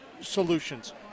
Solutions